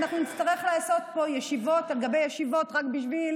אנחנו נצטרך לעשות פה ישיבות על גבי ישיבות רק בשביל